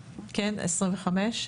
ב-2025.